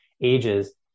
ages